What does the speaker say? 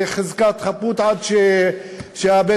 בחזקת חפות, עד שבית-המשפט,